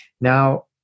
Now